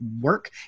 work